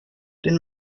den